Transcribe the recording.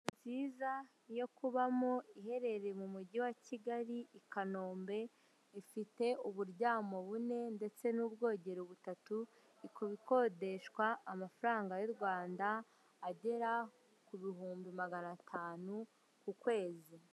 Inzu nziza yo kubamo, iherereye mu mujyi wa Kigali i Kanombe ifite uburyamo bune ndetse n'ubwogero butatu, ikaba ikodeshwa amafaranga y'u Rwanda agera ku bihumbi magana atanu ku kwezi.